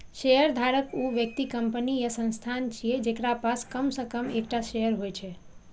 शेयरधारक ऊ व्यक्ति, कंपनी या संस्थान छियै, जेकरा पास कम सं कम एकटा शेयर होइ छै